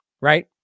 Right